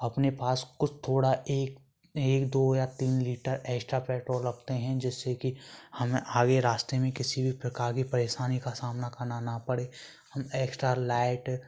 अपने पास कुछ थोड़ा एक एक दो या तीन लीटर एक्स्ट्रा पेट्रोल रखते हैं जिससे कि हमें आगे रास्ते में किसी भी प्रकार की परेशानी का सामना करना ना पड़े हम एक्स्ट्रा लाइट